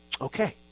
Okay